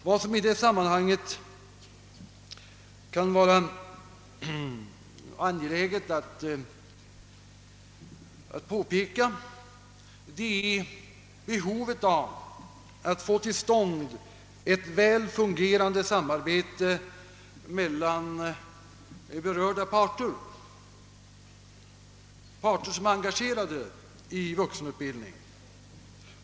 Vad som i det sammanhanget är angeläget är att få till stånd ett väl fungerande samarbete mellan de berörda parter, som är engagerade i vuxenutbildningen.